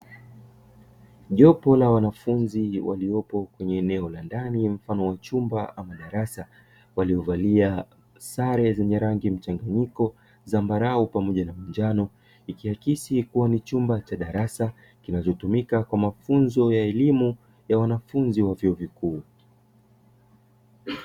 Jopo la wanafunzi waliopo kwenye eneo la ndani mfano wa chumba au darasa, waliovalia sare zenye rangi mchanganyiko zambarau pamoja na njano ikiakisi kuwa ni chumba cha darasa kinachotumika kwa mafunzo ya elimu ya wanafunzi wa vyuo vikuu.